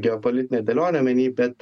geopolitinę dėlionę omeny bet